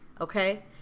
okay